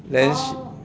orh